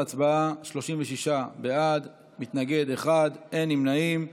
תוצאות ההצבעה: 36 בעד, מתנגד אחד, אין נמנעים.